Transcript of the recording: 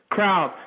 Crowd